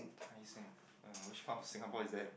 Tai-Seng uh which part of Singapore is that